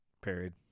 period